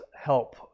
help